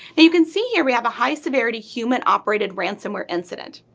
and you can see here we have a high severity human operateded ransom ware incident.